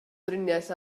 driniaeth